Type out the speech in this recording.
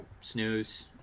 snooze